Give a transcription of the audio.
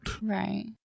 Right